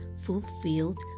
fulfilled